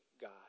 God